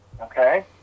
okay